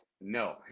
No